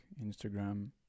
instagram